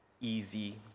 easy